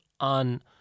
on